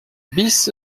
bis